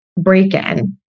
break-in